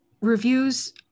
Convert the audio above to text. reviews